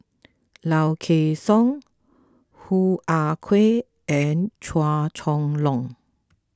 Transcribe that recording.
Low Kway Song Hoo Ah Kay and Chua Chong Long